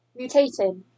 mutating